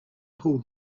pulled